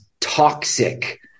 toxic